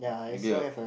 you don't have